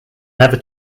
never